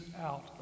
out